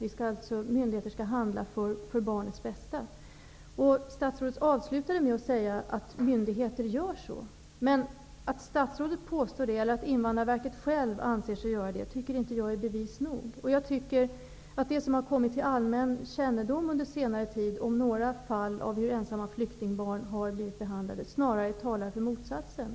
Myndigheterna skall handla för barnets bästa. Statsrådet avslutade med att säga att myndigheter gör så. Jag tycker inte att det är bevis nog att statsrådet påstår att så är fallet eller att Invandrarverket själv anser sig göra det. Det som har kommit till allmän kännedom under senare tid om hur några ensamma flyktingbarn har blivit behandlade talar snarare för motsatsen.